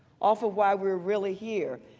off of why we are really here.